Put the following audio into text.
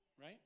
right